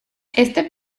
este